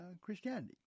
Christianity